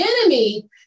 enemy